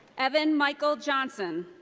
evan michael johnson.